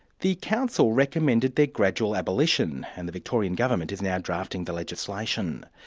the council recommended their gradual abolition and the victorian government is now drafting the legislation.